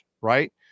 right